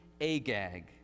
Agag